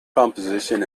composition